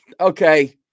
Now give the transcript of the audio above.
okay